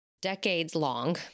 decades-long